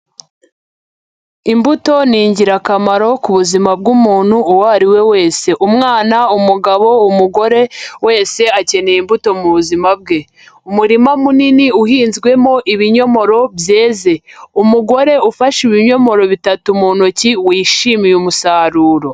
Imbuto ni ingirakamaro ku buzima bw'umuntu uwo ari we wese, umwana, umugabo, umugore wese akeneye imbuto mu buzima bwe, umurima munini uhinzwemo ibinyomoro byeze, umugore ufashe ibinyomoro bitatu mu ntoki wishimiye umusaruro.